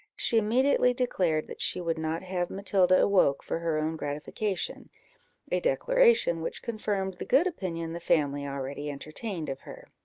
she immediately declared that she would not have matilda awoke for her own gratification a declaration which confirmed the good opinion the family already entertained of her.